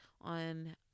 on